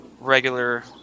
regular